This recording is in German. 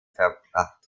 verbracht